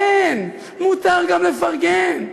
כן, מותר גם לפרגן?